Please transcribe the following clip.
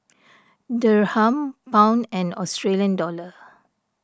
Dirham Pound and Australian Dollar